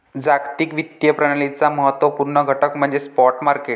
जागतिक वित्तीय प्रणालीचा महत्त्व पूर्ण घटक म्हणजे स्पॉट मार्केट